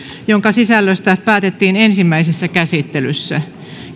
jonka sisällöstä päätettiin ensimmäisessä käsittelyssä